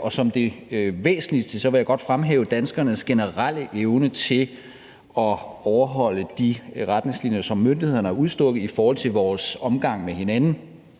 Og som det væsentligste vil jeg godt fremhæve danskernes generelle evne til at overholde de retningslinjer, som myndighederne har udstukket, i forhold til vores omgang med hinanden